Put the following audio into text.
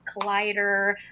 Collider